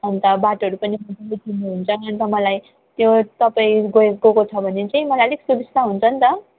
अन्त बाटोहरू पनि तपाईँले चिन्नु हुन्छ अन्त मलाई त्यो तपाईँ गए गएको छ भने चाहिँ मलाई अलिक सुबिस्ता हुन्छ नि त